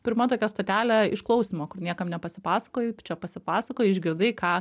pirma tokia stotelė išklausymo kur niekam nepasipasakoji čia pasipasakojai išgirdai ką